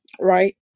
right